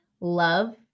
love